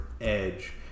edge